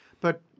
but-